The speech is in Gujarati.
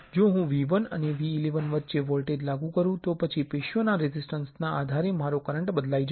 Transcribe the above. જો હું V1 અને V11 વચ્ચે વોલ્ટેજ લાગુ કરું તો પછી પેશીઓના રેઝિસ્ટન્સ ના આધારે મારો કરંટ બદલાઈ જશે